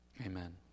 Amen